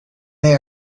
they